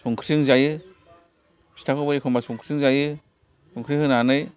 संख्रि जों जायो फिथाखौबो एखमबा संख्रि जों जायो संख्रि होनानै